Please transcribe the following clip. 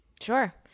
Sure